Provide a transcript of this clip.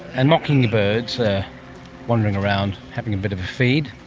and mockingbirds are wandering around having a bit of a feed.